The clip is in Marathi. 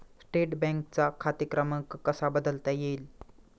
स्टेट बँकेचा खाते क्रमांक कसा बदलता येईल?